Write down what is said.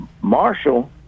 Marshall